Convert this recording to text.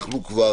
אנחנו כבר